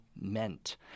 meant